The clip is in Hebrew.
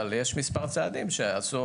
אבל יש מספר צעדים שעשו